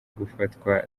gufatwa